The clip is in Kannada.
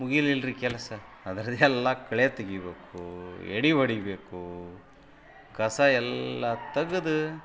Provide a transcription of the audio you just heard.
ಮುಗಿಯಲಿಲ್ರೀ ಕೆಲಸ ಅದ್ರದ್ದೆಲ್ಲ ಕಳೆ ತೆಗೀಬೇಕು ಎಡೆ ಹೊಡೀಬೇಕು ಕಸ ಎಲ್ಲ ತೆಗೆದು